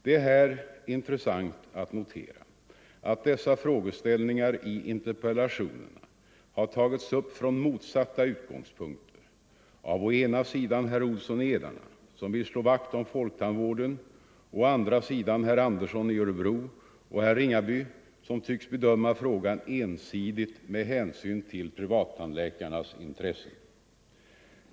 Det är här intressant att notera, att dessa frågeställningar i interpellationerna har tagits upp från motsatta utgångspunkter, av å ena sidan herr Olsson i Edane, som vill slå vakt om folktandvården, och å andra sidan herr Andersson i Örebro och herr Ringaby, som tycks bedöma frågan ensidigt med hänsyn till privattandläkarnas intressen.